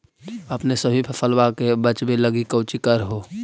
अपने सभी फसलबा के बच्बे लगी कौची कर हो?